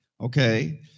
Okay